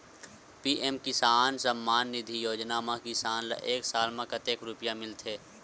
PM किसान सम्मान निधी योजना म किसान ल एक साल म कतेक रुपिया मिलथे?